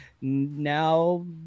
now